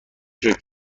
شکر